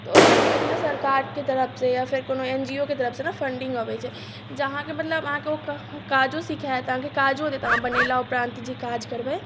तऽ ओहि लेल की होइत छै ने सरकारके तरफसँ या फेर कोनो एन जी ओ के तरफसँ ने फण्डिंग अबैत छै जे अहाँकेँ मतलब अहाँकेँ ओ काजो सिखाएत अहाँके काजो देत अहाँ बनेला उपरान्त जे काज करबै